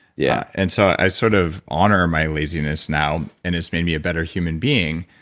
yeah and so, i sort of honor my laziness now and it's made me a better human being.